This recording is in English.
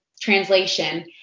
translation